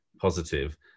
positive